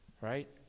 right